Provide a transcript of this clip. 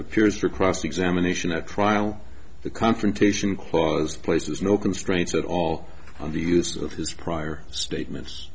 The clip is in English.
appears for cross examination at trial the confrontation clause places no constraints at all on the use of his prior statements